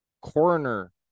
coroner